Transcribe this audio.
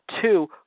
Two